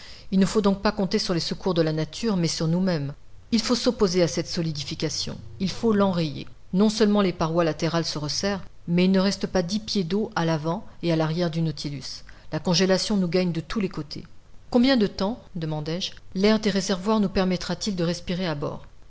il ne faut donc pas compter sur les secours de la nature mais sur nous-mêmes il faut s'opposer à cette solidification il faut l'enrayer non seulement les parois latérales se resserrent mais il ne reste pas dix pieds d'eau à l'avant ou à l'arrière du nautilus la congélation nous gagne de tous les côtés combien de temps demandai-je l'air des réservoirs nous permettra t il de respirer à bord